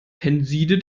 tenside